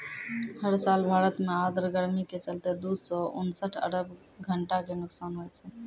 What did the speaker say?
हर साल भारत मॅ आर्द्र गर्मी के चलतॅ दू सौ उनसठ अरब घंटा के नुकसान होय छै